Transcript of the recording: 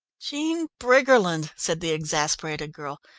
jean briggerland! said the exasperated girl.